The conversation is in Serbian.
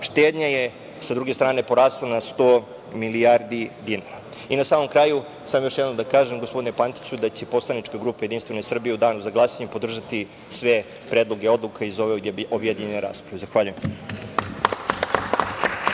štednja je sa druge strane porasla na 100 milijardi dinara. Na samom kraju samo još jednom da kažem, gospodine Pantiću, da će Poslanička grupa JS u danu za glasanje podržati sve predloge odluka iz ove objedinjene rasprave. Zahvaljujem.